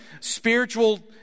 spiritual